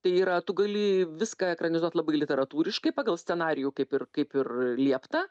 tai yra tu gali viską ekranizuot labai literatūriškai pagal scenarijų kaip ir kaip ir liepta